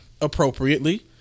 Appropriately